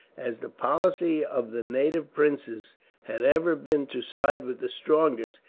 as the policy of the native princes had ever been to side with the strongest,